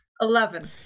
Eleven